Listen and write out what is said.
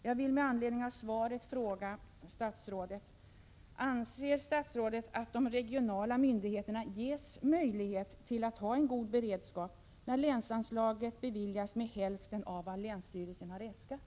Jag vill med anledning av svaret fråga statsrådet: Anser statsrådet att de regionala myndigheterna ges möjligheter att ha en god beredskap när länsanslaget beviljas med hälften av vad länsstyrelsen har äskat?